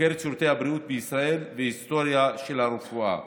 חוקרת שירותי הבריאות בישראל והיסטוריה של הרפואה,